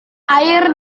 air